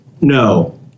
No